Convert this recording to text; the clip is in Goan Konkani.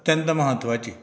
अत्यंत म्हत्वाची